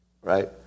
right